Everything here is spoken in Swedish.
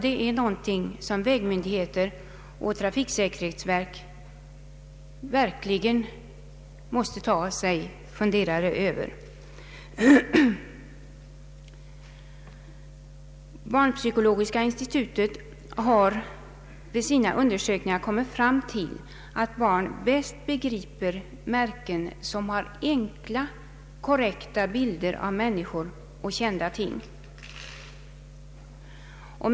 Det är någonting som vägmyndigheterna och trafiksäkerhetsverket verkligen borde ta sig en funderare Över. Barnpsykologiska institutet har vid sina undersökningar kommit fram till att barnen bäst begriper märken som har enkla, korrekta bilder av människor och kända ting.